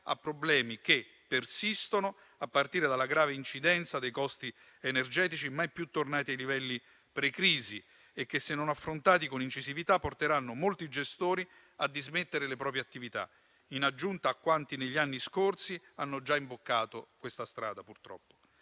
a problemi che persistono, a partire dalla grave incidenza dei costi energetici, mai più tornati ai livelli pre-crisi e che, se non affrontati con incisività, porteranno molti gestori a dismettere le proprie attività, in aggiunta a quanti negli anni scorsi hanno già imboccato questa strada, purtroppo.